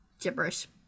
gibberish